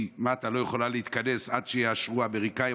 כי מת"א לא יכולה להתכנס עד שיאשרו האמריקאים,